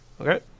Okay